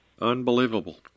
Unbelievable